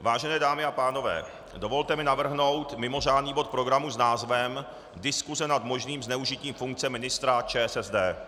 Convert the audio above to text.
Vážené dámy a pánové, dovolte mi navrhnout mimořádný bod programu s názvem Diskuse nad možným zneužitím funkce ministra ČSSD.